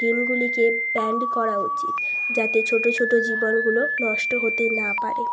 গেমগুলিকে ban করা উচিত যাতে ছোটো ছোটো জীবনগুলো নষ্ট হতে না পারে